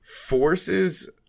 forces